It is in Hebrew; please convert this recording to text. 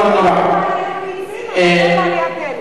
אבל לא בעליית דלק.